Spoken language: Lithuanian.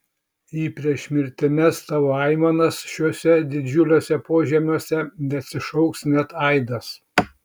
į priešmirtines tavo aimanas šiuose didžiuliuose požemiuose neatsišauks net aidas